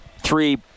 three